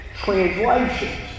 translations